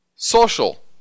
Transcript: social